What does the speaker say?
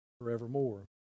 forevermore